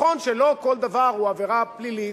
נכון שלא כל דבר הוא עבירה פלילית.